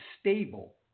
stable